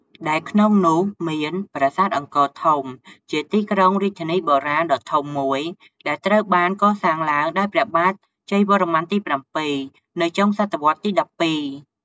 ដែលក្នុងនោះមាន ប្រាសាទអង្គរធំ ជាទីក្រុងរាជធានីបុរាណដ៏ធំមួយដែលត្រូវបានកសាងឡើងដោយព្រះបាទជ័យវរ្ម័នទី ៧ នៅចុងសតវត្សរ៍ទី ១២ ។